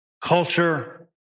culture